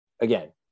again